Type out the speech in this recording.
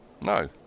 No